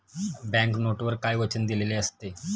Bank नोटवर काय वचन दिलेले असते?